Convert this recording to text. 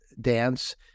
dance